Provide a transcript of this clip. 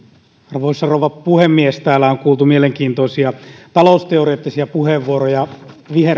arvoisa rouva puhemies täällä on kuultu mielenkiintoisia talousteoreettisia puheenvuoroja